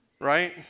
right